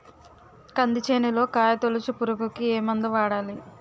కంది చేనులో కాయతోలుచు పురుగుకి ఏ మందు వాడాలి?